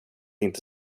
inte